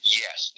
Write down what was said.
yes